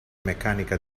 meccanica